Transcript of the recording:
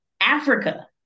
Africa